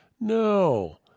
No